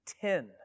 Ten